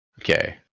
okay